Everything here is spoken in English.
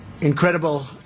incredible